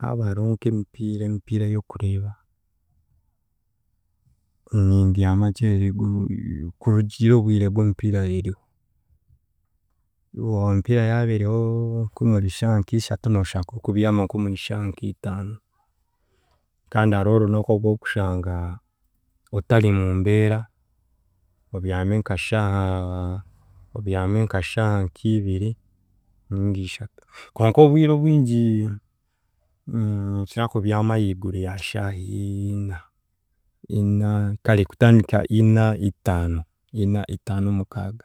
haaba hariho nk'emipiira emipiira ey’okureeba, nimbyama nkyereriigwe kurugiirire obwire bw'emipiira eriho. Emipiira yaaba eriho nk'omuri shaaha nka ishatu, nooshanga orikubyama nk'omuri shaaha nka itaano kandi hariho orunaku ogwokushanga otari mu mbeera obyame nka shaaha obyame nka shaaha nka ibiri ninga ishatu konka obwire obwingi ninkira kubyama ahiiguru ya shaaha ina, ina kare kutandika ina, itaano ina itaano mukaaga